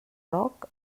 roc